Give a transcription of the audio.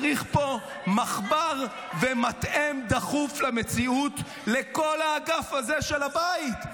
צריך פה מחבר ומתאם דחוף למציאות לכל האגף הזה של הבית.